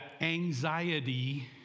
anxiety